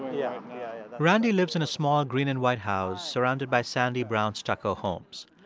yeah randy lives in a small green-and-white house, surrounded by sandy-brown stucco homes.